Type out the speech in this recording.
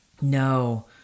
No